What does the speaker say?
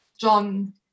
John